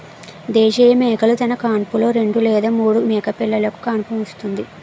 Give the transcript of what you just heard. దేశీయ మేకలు తన కాన్పులో రెండు లేదా మూడు మేకపిల్లలుకు కాన్పుస్తుంది